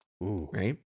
right